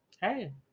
hey